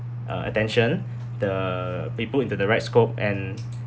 uh attention the they put into the right scope and